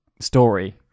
story